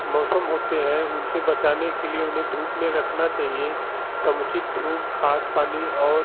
मौसम होते हैं उन से बचाने के लिए उन्हें धूप में रखना चाहिए समुचित धूप खाद पानी और